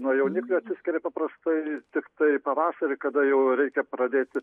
nuo jauniklių atsiskiria paprastai tiktai pavasarį kada jau reikia pradėti